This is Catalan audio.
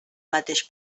mateix